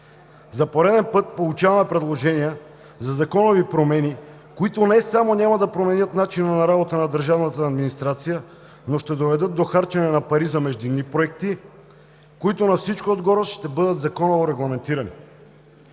За пореден път получаваме предложения за законови промени, които не само няма да променят начина на работа на държавната администрация, но ще доведат до харчене на пари за междинни проекти, които ще бъдат законово регламентирани.